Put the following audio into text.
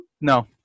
No